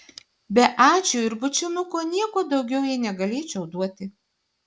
be ačiū ir bučinuko nieko daugiau jai negalėčiau duoti